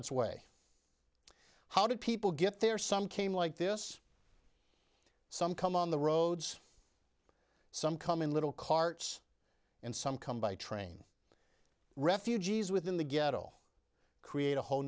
its way how do people get there some came like this some come on the roads some come in little carts and some come by train refugees within the ghetto create a whole